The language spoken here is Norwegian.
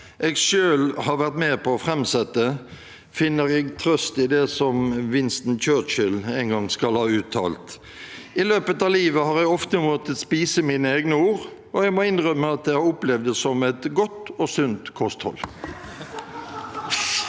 jeg selv har vært med på å framsette, finner jeg trøst i det som Winston Churchill en gang skal ha uttalt: I løpet av livet har jeg ofte måttet spise mine egne ord, og jeg må innrømme at det har opplevdes som et godt og sunt kosthold.